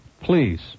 Please